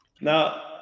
Now